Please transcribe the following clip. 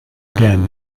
again